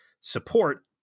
support